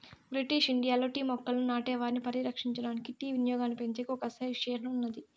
British ఇండియాలో tea మొక్కలను నాటే వారిని పరిరక్షించడానికి, టీ వినియోగాన్నిపెంచేకి ఒక అసోసియేషన్ ఉన్నాది